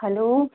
hello